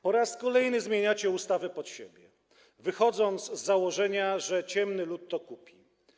Po raz kolejny zmieniacie ustawę pod siebie, wychodząc z założenia, że ciemny lud to kupi.